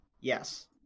Yes